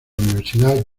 universidad